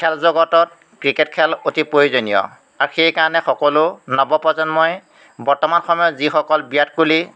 খেল জগতত ক্ৰিকেট খেল অতি প্ৰয়োজনীয় আৰু সেইকাৰণে সকলো নৱপ্ৰজন্মই বৰ্তমান সময়ত যিসকল বিৰাট কোহলি